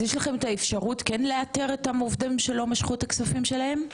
אז יש לכם את האפשרות כן לאתר את העובדים שלא משכו את הכספים שלהם?